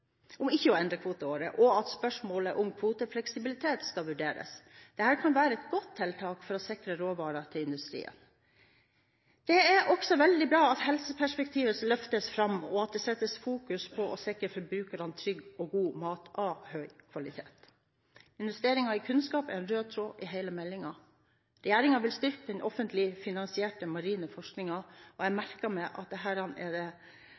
om ikke å endre kvoteåret, og at spørsmålet om kvotefleksibilitet skal vurderes. Dette kan være et godt tiltak for å sikre råvarer til industrien. Det er også veldig bra at helseperspektivet løftes fram, og at det fokuseres på å sikre forbrukerne trygg og god mat av høy kvalitet. Investeringer i kunnskap er en rød tråd i hele meldingen. Regjeringen vil styrke den offentlig finansierte marineforskningen, og jeg merker meg at dette er noe det